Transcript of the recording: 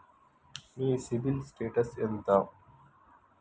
మీ CIBIL status ఎంత?